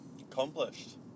Accomplished